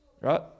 Right